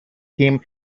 him